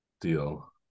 deal